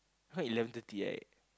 now eleven thirty right